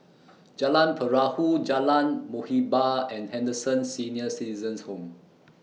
Jalan Perahu Jalan Muhibbah and Henderson Senior Citizens' Home